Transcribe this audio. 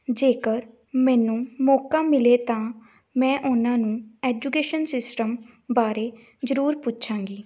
ਜੇਕਰ ਮੈਨੂੰ ਮੌਕਾ ਮਿਲੇ ਤਾਂ ਮੈਂ ਉਹਨਾਂ ਨੂੰ ਐਜੂਕੇਸ਼ਨ ਸਿਸਟਮ ਬਾਰੇ ਜ਼ਰੂਰ ਪੁੱਛਾਂਗੀ